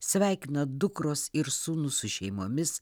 sveikina dukros ir sūnūs su šeimomis